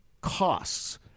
costs